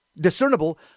discernible